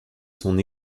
son